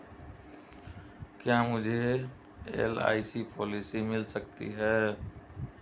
क्या मुझे LIC policy मिल सकती है?